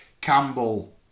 Campbell